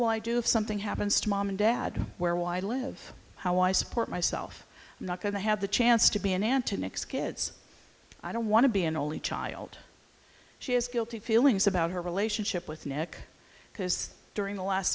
i do if something happens to mom and dad where will i live how i support myself i'm not going to have the chance to be an aunt to nick's kids i don't want to be an only child she is guilty feelings about her relationship with nick because during the last